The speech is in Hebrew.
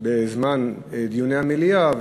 בזמן דיוני המליאה,